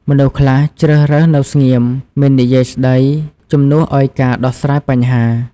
មនុស្សខ្លះជ្រើសរើសនៅស្ងៀមមិននិយាយស្ដី ជំនួយឱ្យការដោះស្រាយបញ្ហា។